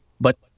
But-